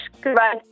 Goodbye